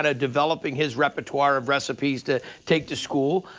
and developing his repertoire of recipes to take to school.